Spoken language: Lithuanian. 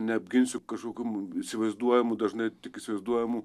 neapginsiu kažkokių įsivaizduojamų dažnai tik įsivaizduojamų